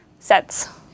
sets